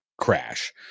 crash